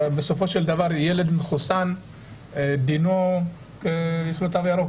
הרי בסופו של דבר ילד מחוסן יש לו תו ירוק,